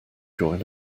join